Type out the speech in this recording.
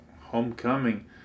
Homecoming